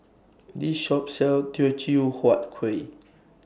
This Shop sells Teochew Huat Kueh